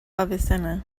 avicenna